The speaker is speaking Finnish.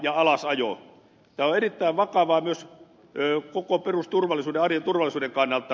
tämä on erittäin vakavaa myös koko perusturvallisuuden arjen turvallisuuden kannalta